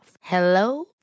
hello